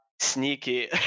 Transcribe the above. sneaky